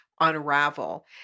unravel